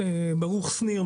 ברוך שניר,